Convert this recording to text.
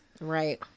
right